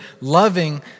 loving